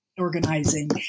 organizing